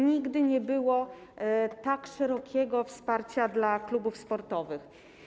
Nigdy nie było tak szerokiego wsparcia dla klubów sportowych.